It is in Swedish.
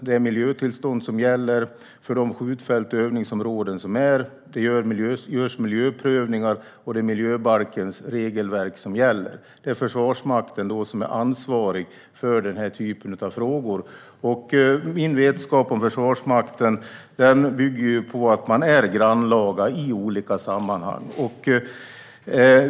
Det är miljötillstånd som gäller för de skjutfält och övningsområden som är. Det görs miljöprövningar, och det är miljöbalkens regelverk som gäller. Det är Försvarsmakten som är ansvarig för den här typen av frågor. Min vetskap om Försvarsmakten bygger på att man är grannlaga i olika sammanhang.